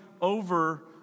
over